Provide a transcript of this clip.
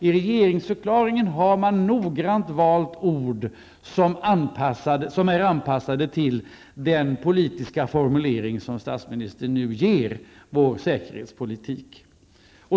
I regeringsförklaringen har man noggrant valt ord som är anpassade till den politiska formulering som statsministern nu ger vår säkerhetspolitik.